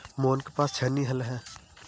मोहन के पास छेनी हल है